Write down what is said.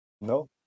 No